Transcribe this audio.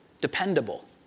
dependable